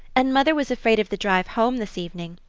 and mother was afraid of the drive home this evening.